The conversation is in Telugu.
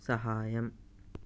సహాయం